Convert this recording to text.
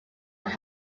were